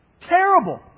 Terrible